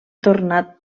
tornat